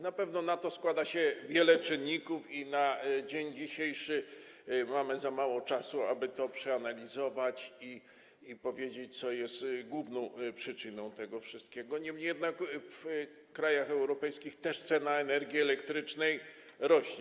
Na pewno na to składa się wiele czynników i na dzień dzisiejszy mamy za mało czasu, aby to przeanalizować i powiedzieć, co jest główną przyczyną tego wszystkiego, niemniej jednak w krajach europejskich cena energii elektrycznej też rośnie.